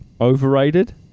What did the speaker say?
Overrated